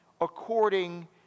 according